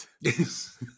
Yes